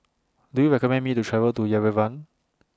Do YOU recommend Me to travel to Yerevan